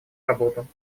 работу